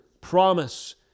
promise